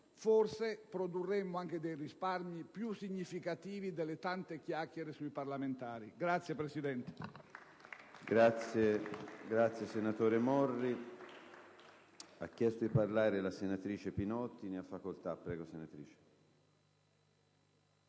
forse produrremmo anche dei risparmi più significativi delle tante chiacchiere sui parlamentari. *(Applausi